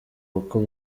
kuko